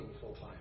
full-time